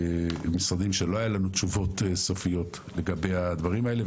במשרדים שלא היו לנו תשובות סופיות לגבי הדברים האלה,